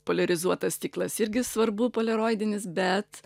poliarizuotas stiklas irgi svarbu poleroidinis bet